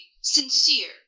sincere